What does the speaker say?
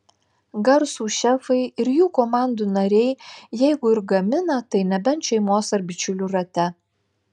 garsūs šefai ir jų komandų nariai jeigu ir gamina tai nebent šeimos ar bičiulių rate